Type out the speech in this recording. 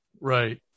Right